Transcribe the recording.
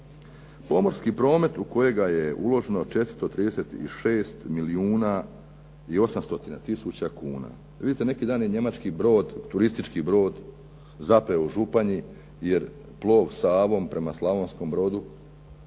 Pomorski promet u kojega je uloženo 436 milijuna i 800 tisuća kuna. Vidite neki dan je njemački brod, turistički brod zapeo u Županji jer plov Savom prema Slavonskom brodu